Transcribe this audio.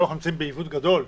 אנחנו נמצאים בעיוות גדול,